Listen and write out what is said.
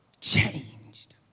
changed